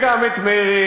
וגם את מרצ,